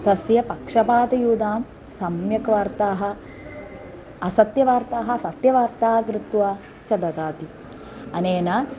तस्य पक्षपातयुतां सम्यक् वार्ताः असत्यवार्ताः सत्यवार्ताः कृत्वा च ददाति अनेन